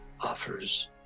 offers